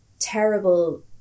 terrible